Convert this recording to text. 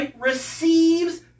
receives